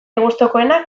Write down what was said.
gustukoenak